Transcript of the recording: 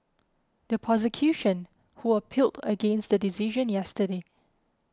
the prosecution who appealed against the decision yesterday